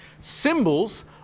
Symbols